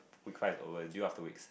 week five over deal after weeks